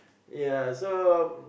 ya so